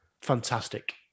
fantastic